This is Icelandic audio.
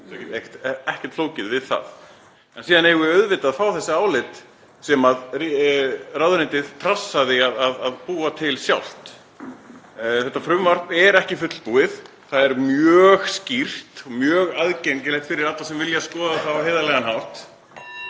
það er ekkert flókið við það. En síðan eigum við auðvitað að fá þessi álit sem ráðuneytið trassaði sjálft að búa til. Þetta frumvarp er ekki fullbúið. Það er mjög skýrt og mjög aðgengilegt fyrir alla sem vilja skoða það á heiðarlegan hátt